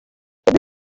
bebe